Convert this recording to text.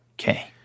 Okay